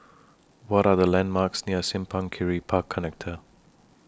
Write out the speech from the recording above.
What Are The landmarks near Simpang Kiri Park Connector